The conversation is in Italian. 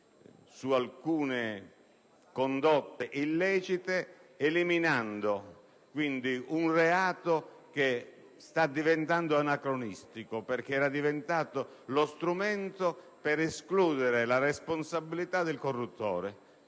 su alcune condotte illecite, eliminando un reato che sta diventando anacronistico, essendo divenuto lo strumento per escludere la responsabilità del corruttore.